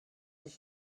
ich